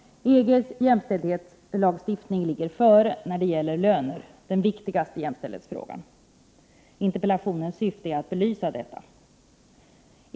EG:s jämställdhetslagstiftning ligger före när det gäller löner, den viktigaste jämställdhetsfrågan. Syftet med interpellationen är just att belysa detta.